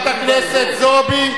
חברת הכנסת זועבי,